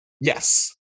yes